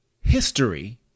history